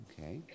Okay